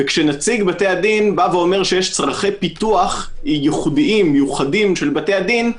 וכשנציג בתי הדין אומר שיש צרכי פיתוח ייחודיים מיוחדים של בתי הדין,